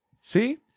See